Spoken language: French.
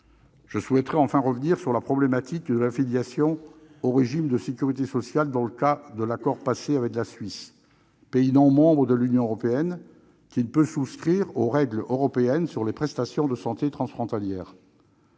Je souhaiterais enfin revenir sur la problématique de l'affiliation au régime de sécurité sociale dans le cas de l'accord passé avec la Suisse, pays non membre de l'Union européenne qui ne peut souscrire aux règles européennes sur les prestations de santé transfrontalières.